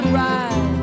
ride